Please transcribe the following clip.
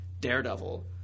Daredevil